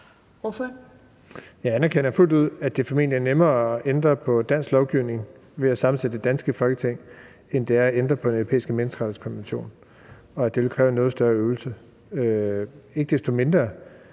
(S): Jeg anerkender fuldt ud, at det formentlig er nemmere at ændre på dansk lovgivning ved at sammensætte det danske Folketing, end det er at ændre på Den Europæiske Menneskerettighedskonvention, og at det vil kræve en noget større øvelse. Ikke desto mindre